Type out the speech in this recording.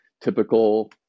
typical